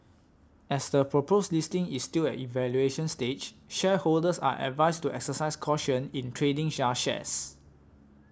as the proposed listing is still at evaluation stage shareholders are advised to exercise caution in trading shares